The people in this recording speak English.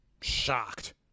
shocked